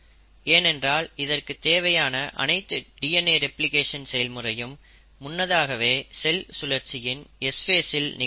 ஏனென்றால் இதற்குத் தேவையான அனைத்து டிஎன்ஏ ரெப்ளிகேஷன் செயல்முறையும் முன்னதாகவே செல் சுழற்சியின் S ஃபேசில் நிகழ்ந்திருக்கும்